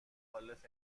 مخالف